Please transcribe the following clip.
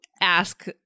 ask